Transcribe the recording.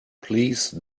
please